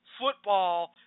football